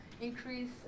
increase